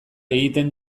egiten